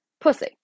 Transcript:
pussy